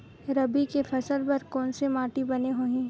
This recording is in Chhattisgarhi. रबी के फसल बर कोन से माटी बने होही?